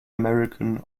american